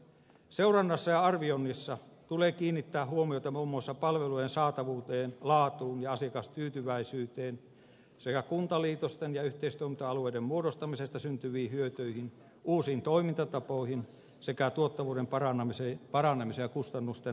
seurannassa ja arvioinnissa tulee kiinnittää huomiota muun muassa palvelujen saatavuuteen laatuun ja asiakastyytyväisyyteen sekä kuntaliitosten ja yhteistoiminta alueiden muodostamisesta syntyviin hyötyihin uusiin toimintatapoihin sekä tuottavuuden paranemiseen ja kustannusten hallintaan